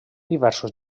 diversos